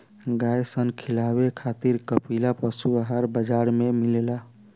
गाय सन खिलावे खातिर कपिला पशुआहार बाजार में मिलेला